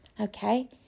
Okay